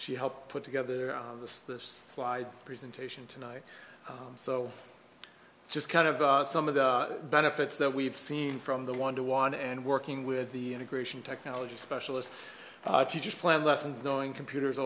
she helped put together this slide presentation tonight so just kind of some of the benefits that we've seen from the one to one and working with the integration technology specialists to just plan lessons knowing computers